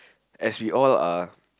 as we all are